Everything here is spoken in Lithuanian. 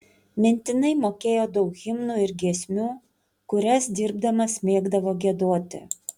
mintinai mokėjo daug himnų ir giesmių kurias dirbdamas mėgdavo giedoti